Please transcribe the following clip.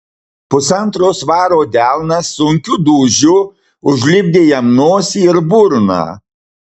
pusantro svaro delnas sunkiu dūžiu užlipdė jam nosį ir burną